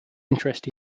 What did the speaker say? interest